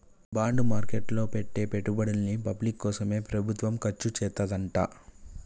bond market లో పెట్టే పెట్టుబడుల్ని పబ్లిక్ కోసమే ప్రభుత్వం ఖర్చుచేత్తదంట